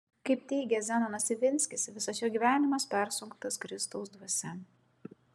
kaip teigia zenonas ivinskis visas jo gyvenimas persunktas kristaus dvasia